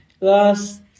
last